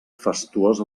fastuosa